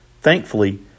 Thankfully